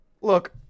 Look